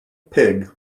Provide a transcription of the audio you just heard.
pig